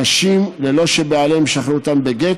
הנשים, ללא שבעליהן ישחררו אותן בגט,